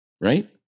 right